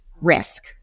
risk